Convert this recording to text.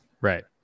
right